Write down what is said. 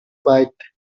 bite